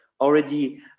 already